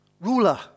ruler